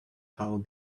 how